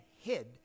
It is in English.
hid